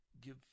give